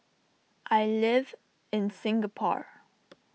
I live in Singapore